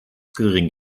gering